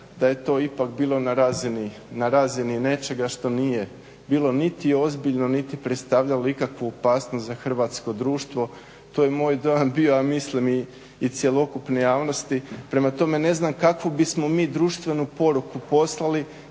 da je to ipak bilo na razini nečega što nije bilo niti ozbiljno niti predstavljalo ikakvu opasnost za hrvatsko društvo. To je moj dojam bio, a mislim i cjelokupne javnosti. Prema tome, ne znam kakvu bismo mi društvenu poruku poslali